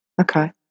Okay